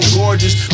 gorgeous